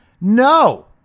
No